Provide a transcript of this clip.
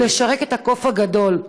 הוא לשרת את הקוף הגדול?